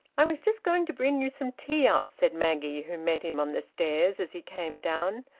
i was just going to bring you some tea up, said maggie, who met him on the stairs as he came down.